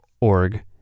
org